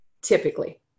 typically